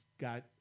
got